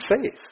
faith